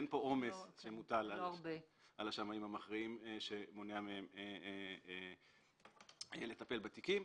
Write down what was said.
אין פה עומס שמוטל על השמאים המכריעים שמונע מהם לטפל בתיקים.